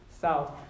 south